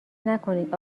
نکنید